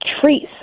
treats